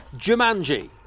Jumanji